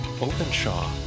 Openshaw